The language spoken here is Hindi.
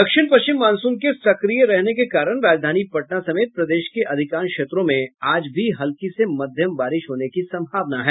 दक्षिण पश्चिम मानसून के सक्रिय रहने के कारण राजधानी पटना समेत प्रदेश के अधिकांश क्षेत्रों में आज भी हल्की से मध्यम बारिश होने की संभावना है